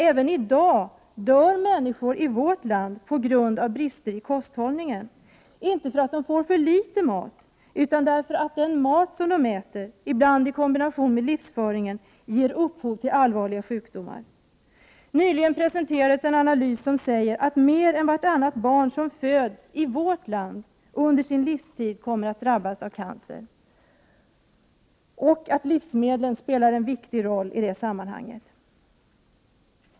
Även i dag dör människor i vårt land på grund av brister i kosthållningen. Men det är inte för att de får för litet mat detta sker, utan för att den mat de äter, ibland i kombination med livsföringen, ger upphov till allvarliga sjukdomar. Nyligen presenterades en analys, där man säger att mer än vartannat barn som föds i vårt land kommer att drabbas av cancer under sin livstid. I det sammanhanget spelar livsmedlen en viktig roll.